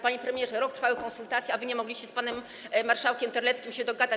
Panie premierze, rok trwały konsultacje, a nie mogliście z panem marszałkiem Terleckim się dogadać.